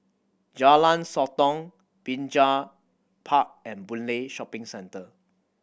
Jalan Sotong Binjai Park and Boon Lay Shopping Centre